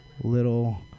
Little